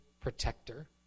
protector